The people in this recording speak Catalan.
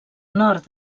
nord